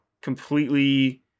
completely